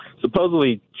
supposedly